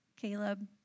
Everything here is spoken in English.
Caleb